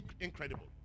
incredible